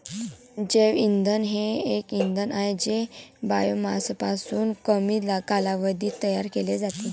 जैवइंधन हे एक इंधन आहे जे बायोमासपासून कमी कालावधीत तयार केले जाते